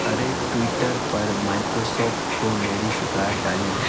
अरे ट्विटर पर माइक्रोसॉफ्ट को मेरी शिकायत डालें